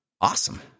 Awesome